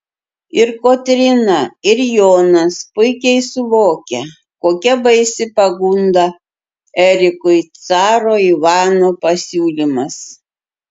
ir kotryna ir jonas puikiai suvokia kokia baisi pagunda erikui caro ivano pasiūlymas